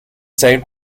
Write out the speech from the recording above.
saved